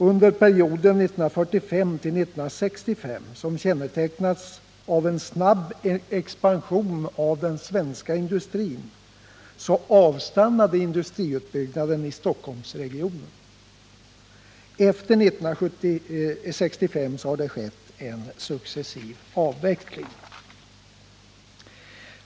Under perioden 1945-1965, som kännetecknades av en snabb expansion av den svenska industrin, avstannade industriutbyggnaden i Stockholmsregionen. Efter 1965 har det skett en successiv avveckling.